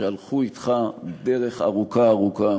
שהלכו אתך דרך ארוכה ארוכה,